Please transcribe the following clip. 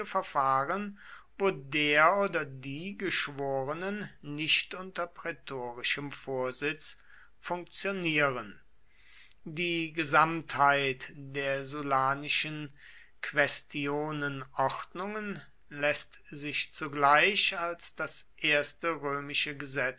verfahren wo der oder die geschworenen nicht unter prätorischem vorsitz funktionieren die gesamtheit der sullanischen quästionenordnungen läßt sich zugleich als das erste